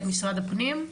משרד הפנים?